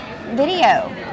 Video